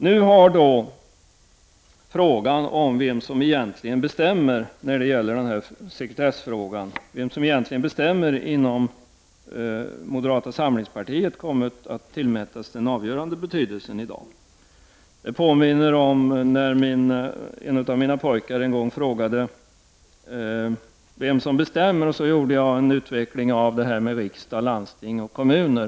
Nu har frågan vem som egentligen bestämmer inom moderata samlingspartiet när det gäller det här sekretessärendet kommit att tillmätas den avgörande betydelsen i dag. Det påminner mig om när en av mina pojkar en gång frågade vem som bestämmer. Jag utvecklade då detta med riksdag, landsting och kommuner.